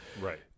Right